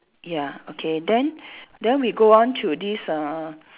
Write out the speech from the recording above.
ya okay then then we go on to this uh uh